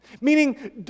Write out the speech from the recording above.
Meaning